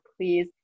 please